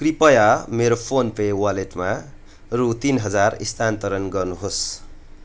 कृपया मेरो PhonePe वालेटमा रू तिन हजार स्थानान्तरण गर्नुहोस्